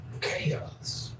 chaos